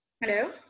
hello